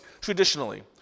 traditionally